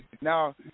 Now